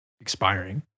expiring